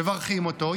מברכים אותו,